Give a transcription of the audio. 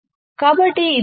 కాబట్టి ఇది బోట్